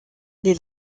les